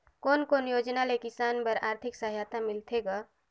कोन कोन योजना ले किसान बर आरथिक सहायता मिलथे ग?